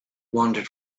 wandered